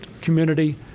community